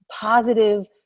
positive